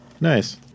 Nice